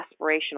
aspirational